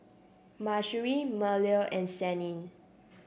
Mahsuri Melur and Senin